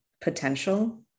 potential